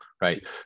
right